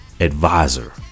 advisor